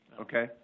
Okay